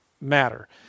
matter